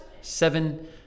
seven